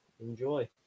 enjoy